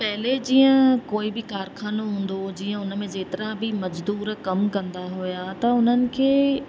पहिरियों जीअं कोई बि कारखानो हूंदो हुओ जीअं उन में जेतिरा बि मजदूर कम कंदा हुआ त उन्हनि खे